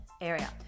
area